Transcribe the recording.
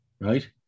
right